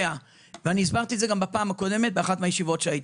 וכבר הסברתי את זה באחת הישיבות הקודמות.